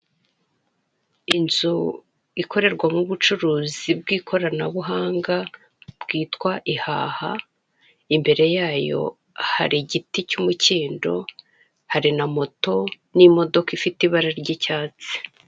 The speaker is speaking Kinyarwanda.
Inzu ikorerwamo ubucuruzi bw'ikoranabuhanga bw'itwa ihaha, imbere yayo hari igiti cy'umukindo, hari na moto iri miu ibara ry'icyatsi.